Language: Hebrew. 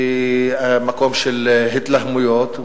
היא מקום של התלהמויות,